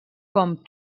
com